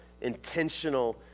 intentional